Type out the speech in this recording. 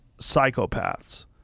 psychopaths